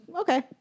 okay